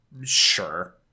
sure